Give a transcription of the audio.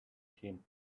him